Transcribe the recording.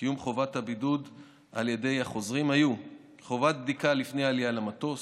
קיום חובת הבידוד על ידי החוזרים היו חובת בדיקה לפני העלייה למטוס,